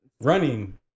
running